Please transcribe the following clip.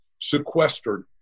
sequestered